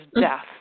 death